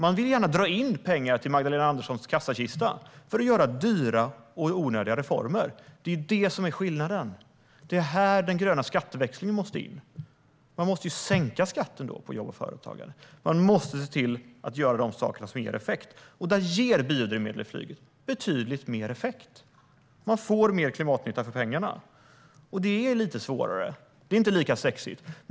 Man vill gärna dra in pengar till Magdalena Anderssons kassakista, för att göra dyra och onödiga reformer. Det är skillnaden. Det är här den gröna skatteväxlingen måste in. Man måste sänka skatten på jobb och företagande. Man måste se till att göra de saker som ger effekt. Biodrivmedel i flyget ger betydligt större effekt. Man får mer klimatnytta för pengarna. Och det är lite svårare. Det är inte lika sexigt.